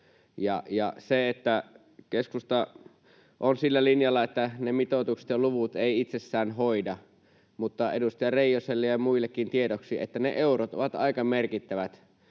Keskusta on sillä linjalla, että mitoitukset ja luvut eivät itsessään hoida, mutta edustaja Reijoselle ja muillekin tiedoksi, että ne eurot ovat aika merkittävät,